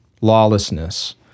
lawlessness